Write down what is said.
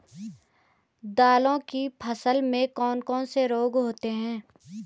दालों की फसल में कौन कौन से रोग होते हैं?